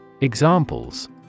Examples